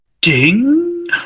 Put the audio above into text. Ding